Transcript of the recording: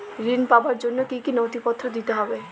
ঋণ পাবার জন্য কি কী নথিপত্র দিতে হবে?